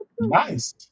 Nice